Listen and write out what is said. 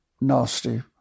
nasty